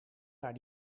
naar